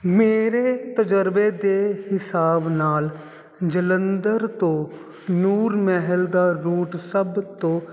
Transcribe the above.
ਮੇਰੇ ਤਜ਼ਰਬੇ ਦੇ ਹਿਸਾਬ ਨਾਲ ਜਲੰਧਰ ਤੋਂ ਨੂਰ ਮਹਿਲ ਦਾ ਰੂਟ ਸਭ ਤੋਂ